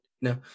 No